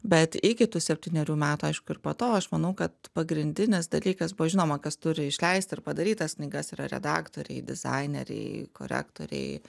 bet iki tų septynerių metų aišku ir po to aš manau kad pagrindinis dalykas buvo žinoma kas turi išleist ir padaryt tas knygas yra redaktoriai dizaineriai korektoriai